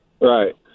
Right